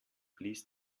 blies